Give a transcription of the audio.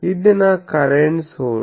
ఇది నా current source